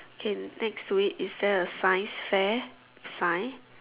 can next to it is there a science fair sign